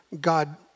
God